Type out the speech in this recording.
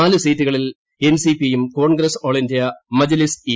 നാല് സീറ്റുകളിൽ N C P യും Congress all India Majlis E